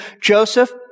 Joseph